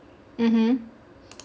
mmhmm